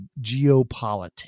geopolitics